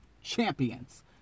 champions